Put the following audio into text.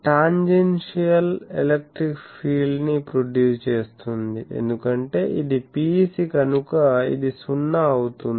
tangential electric field ని produce చేస్తుంది ఎందుకంటే ఇది PEC కనుక ఇది సున్నా అవుతుంది